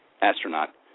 astronaut